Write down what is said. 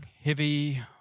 heavy